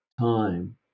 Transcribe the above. time